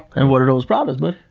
and what are those products, but